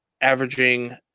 averaging